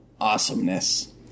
awesomeness